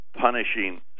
punishing